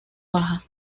baja